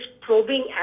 probing